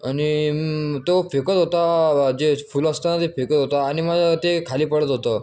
आणि तो फेकत होता जे फूल असत ना ते फेकत होता आणि माझं ते खाली पडत होतं